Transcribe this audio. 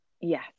Yes